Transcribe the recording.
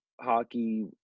hockey